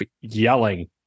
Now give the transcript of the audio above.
yelling